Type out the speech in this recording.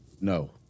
no